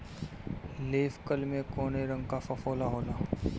Leaf curl में कौने रंग का फफोला होला?